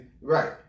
Right